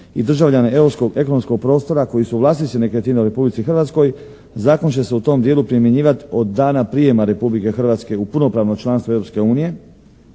i državljana europskog ekonomskog prostora koji su vlasnici nekretnina u Republici Hrvatskoj zakon će se u tom dijelu primjenjivat od dana prijema Republike Hrvatske u punopravno članstvo